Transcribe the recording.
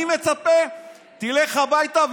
אני מצפה שתלך הביתה,